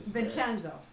Vincenzo